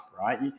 right